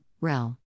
Rel